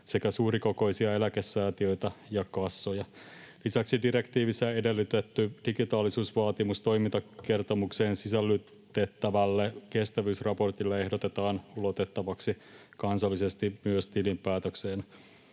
sekä suurikokoisia eläkesäätiöitä ja ‑kassoja. Lisäksi direktiivissä edellytetty digitaalisuusvaatimus toimintakertomukseen sisällytettävälle kestävyysraportille ehdotetaan ulotettavaksi kansallisesti myös tilinpäätökseen.